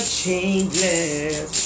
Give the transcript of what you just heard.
changeless